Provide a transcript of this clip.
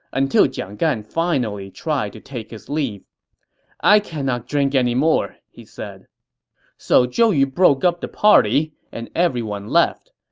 until jiang gan finally tried to take his leave i cannot drink anymore, he said so zhou yu broke up the party and everyone left,